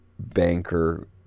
banker